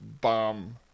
bomb